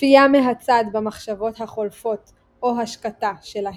צפייה מהצד במחשבות החולפות, או השקטה שלהן.